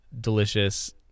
delicious